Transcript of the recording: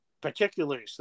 particularly